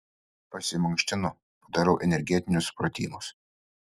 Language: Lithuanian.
pasimankštinu padarau energetinius pratimus